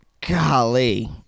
golly